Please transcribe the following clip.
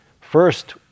first